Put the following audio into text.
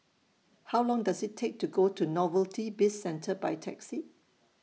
How Long Does IT Take to Go to Novelty Bizcentre By Taxi